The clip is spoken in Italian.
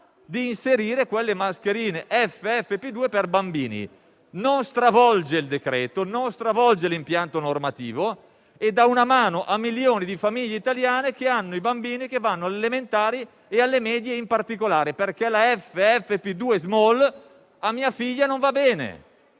ad inserire anche le mascherine FFP2 per bambini. Non stravolge il decreto, non stravolge l'impianto normativo e dà una mano a milioni di famiglie italiane con bambini che vanno alle elementari e in particolare alle medie. La FFP2 *small* a mia figlia non va bene: